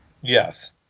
Yes